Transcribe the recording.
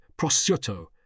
prosciutto